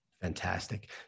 Fantastic